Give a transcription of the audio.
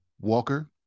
Walker